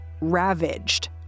ravaged